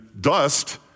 dust